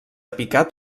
picat